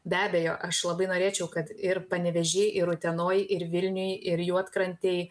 be abejo aš labai norėčiau kad ir panevėžy ir utenoj ir vilniuj ir juodkrantėj